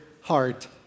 heart